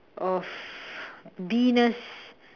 of B ness